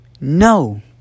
No